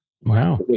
Wow